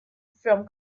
from